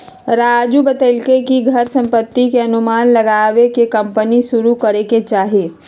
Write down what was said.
राजू बतलकई कि घर संपत्ति के अनुमान लगाईये के कम्पनी शुरू करे के चाहि